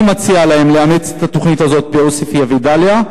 אני מציע להם לאמץ את התוכנית הזאת בעוספיא ודאליה,